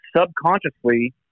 subconsciously